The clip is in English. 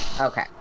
Okay